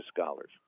scholars